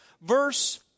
verse